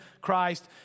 Christ